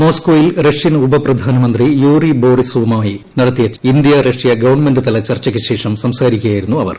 മോസ്കോയിൽ റഷ്യൻ ഉപ പ്രധാനമന്ത്രി യൂറി ബൊറിസോവുമായി നടത്തിയ ഇന്ത്യ റഷ്യ ഗവൺമെന്റ്തല ചർച്ചയ്ക്ക് ശേഷം സംസാരിക്കുകയായിരുന്നു അവർ